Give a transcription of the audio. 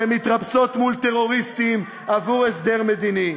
שמתרפסות מול טרוריסטים עבור הסדר מדיני.